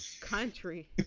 country